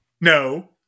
No